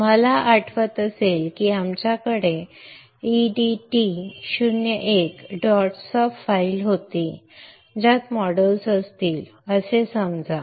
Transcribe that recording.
तुम्हाला आठवत असेल की आमच्याकडे edt 0 1 dot sub file होती ज्यात मॉडेल्स असतील असे समजा